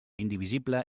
indivisible